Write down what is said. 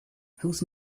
whose